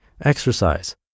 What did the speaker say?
exercise